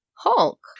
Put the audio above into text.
Hulk